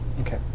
Okay